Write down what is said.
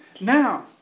Now